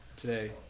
today